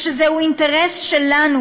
שזהו אינטרס שלנו,